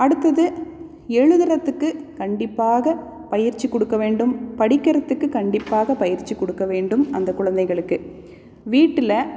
அடுத்தது எழுதுறதுக்கு கண்டிப்பாக பயிற்சி கொடுக்கவேண்டும் படிக்கிறதுக்கு கண்டிப்பாக பயிற்சி கொடுக்கவேண்டும் அந்த குழந்தைகளுக்கு வீட்டில்